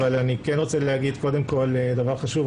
אבל אני כן רוצה להגיד קודם כל דבר חשוב,